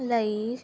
ਲਈ